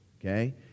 okay